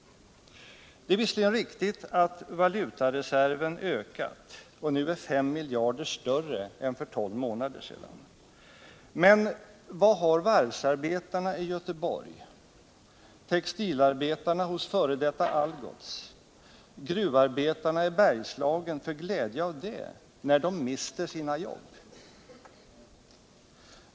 Det är visserligen riktigt att valutareserven har ökat och nu är 5 miljarder större än för tolv månader sedan. Men vad har varvsarbetarna i Göteborg, textilarbetarna hos f. d. Algots och gruvarbetarna i Bergslagen för glädje av det, när de mister sina jobb?